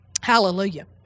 Hallelujah